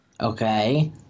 Okay